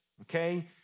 okay